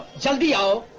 somebody else.